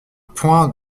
point